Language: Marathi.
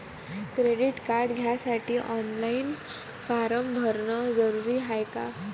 क्रेडिट कार्ड घ्यासाठी ऑनलाईन फारम भरन जरुरीच हाय का?